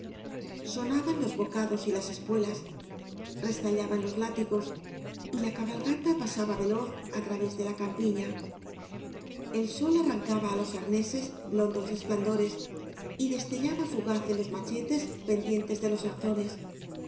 sonaban los bocados y las espuelas restallaban los látigos y la cabalgata pasaba veloz á través de la campiña el sol arrancaba á los arneses blondos resplandores y destellaba fugaz en los machetes pens obras de valle inclan dientes de los arzones